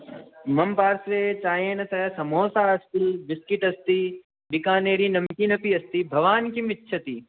मम पार्श्वे चायेन सह समोसा अस्ति बिस्किट् अस्ति बिकानेरिनमकीन् अपि अस्ति भवान् किम् इच्छति